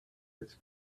its